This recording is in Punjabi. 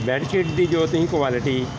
ਬੈਡਸ਼ੀਟ ਦੀ ਜੋ ਤੁਸੀਂ ਕੁਆਲਿਟੀ